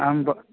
ᱟᱢᱫᱚ